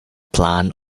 plan